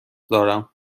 دارم